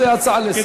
זו הצעה לסדר-היום.